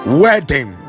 wedding